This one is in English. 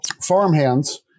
farmhands